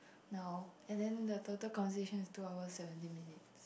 now and then the total conversation is two hour seventeen minutes